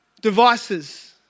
devices